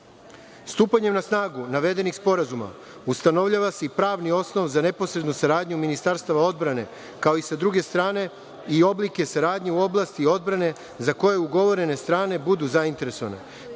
na snagu navedenih sporazuma ustanovljava se i pravni osnov za neposrednu saradnju ministarstava odbrane, kao i sa druge strane i oblike saradnje u oblasti odbrane za koju ugovorene strane budu zainteresovane,